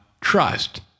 trust